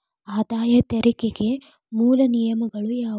ಆದಾಯ ತೆರಿಗೆಯ ಮೂಲ ನಿಯಮಗಳ ಯಾವು